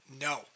No